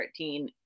2013